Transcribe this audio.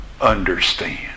understand